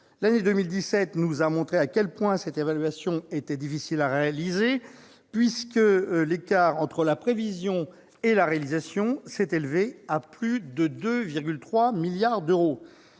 L'année 2017 nous a montré à quel point cette évaluation était difficile à établir : l'écart entre la prévision et la réalisation a dépassé les 2,3 milliards d'euros.